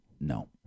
no